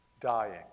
dying